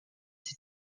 sie